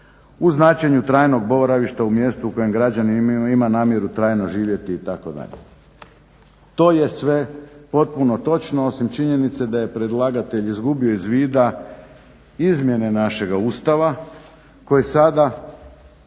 u značenju trajnog boravišta u mjestu u kojem građanin ima namjeru trajno živjeti itd. To je sve potpuno točno osim činjenice da je predlagatelj izgubio iz vida izmjene našega Ustava kojeg sada